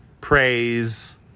praise